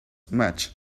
much